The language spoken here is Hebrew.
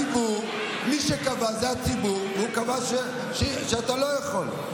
מי שקבע זה הציבור, והוא קבע שאתה לא יכול.